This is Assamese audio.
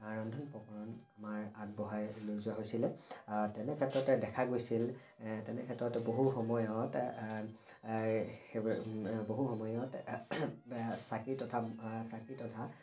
ৰন্ধন প্ৰকৰণ আমাৰ আগবঢ়াই লৈ যোৱা হৈছিলে তেনেক্ষেত্ৰতে দেখা গৈছিল তেনেক্ষেত্ৰত বহু সময়ত বহু সময়ত চাকি তথা চাকি তথা